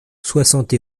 soixante